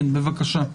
בבקשה.